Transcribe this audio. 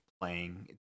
playing